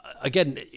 again